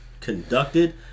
conducted